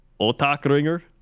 Otakringer